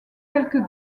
quelques